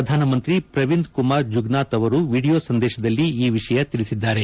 ಪ್ರಧಾನಮಂತ್ರಿ ಪ್ರವಿಂದ್ ಕುಮಾರ್ ಜುಗ್ನಾಥ್ ಅವರು ವಿಡಿಯೋ ಸಂದೇಶದಲ್ಲಿ ಈ ವಿಷಯ ತಿಳಿಸಿದ್ದಾರೆ